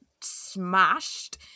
smashed